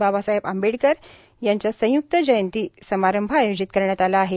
बाबासाहेब आंबेडकर यांचा संयक्त जयंती समारंभ आयोजित करण्यात आला आहे